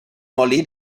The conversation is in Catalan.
molí